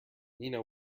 nina